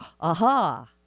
aha